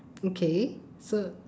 okay so